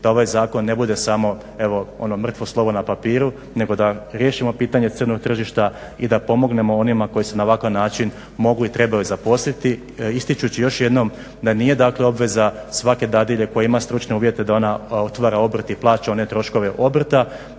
da ovaj zakon ne bude samo mrtvo slovo na papiru nego da riješimo pitanje crnog tržišta i da pomognemo onima koji se na ovakav način mogu i trebaju zaposliti ističući još jednom da nije, dakle obveza svake dadilje koja ima stručne uvjete da ona otvara obrt i plaća one troškove obrta,